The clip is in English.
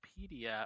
Wikipedia